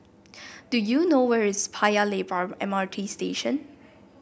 do you know where is Paya Lebar M R T Station